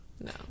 no